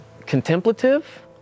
Contemplative